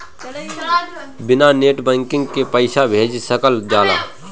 बिना net banking के पईसा भेज सकल जाला?